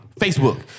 Facebook